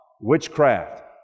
Witchcraft